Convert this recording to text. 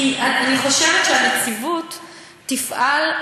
כי אני חושבת שהנציבות תפעל,